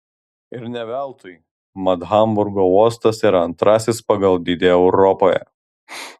ir ne veltui mat hamburgo uostas yra antrasis pagal dydį europoje